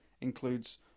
includes